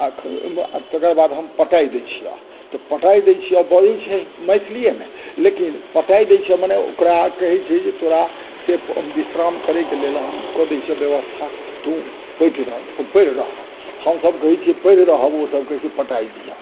आ तकरबाद हम पटाय दै छिअ तऽ पटाय दै छिअ बजै छै मैथिलिये मे लेकिन पटाय दै छिअ मने ओकरा कहै छै जे तोरा से विश्राम करै के लेल हम कऽ दै छिअ व्यवस्था तू पटी रहए परि रहए हमसब कहै छियै परि रहब ओसब कहै छै पटाए दिअ